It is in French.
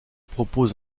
propose